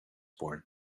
born